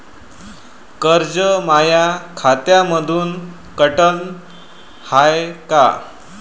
कर्ज माया खात्यामंधून कटलं हाय का?